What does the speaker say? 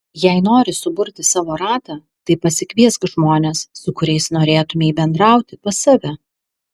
jei nori suburti savo ratą tai pasikviesk žmones su kuriais norėtumei bendrauti pas save